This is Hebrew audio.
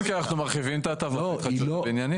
בכל מקרה אנחנו מרחיבים את ההטבות בהתחדשות בניינית.